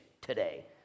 today